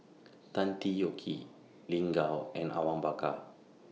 Tan Tee Yoke Lin Gao and Awang Bakar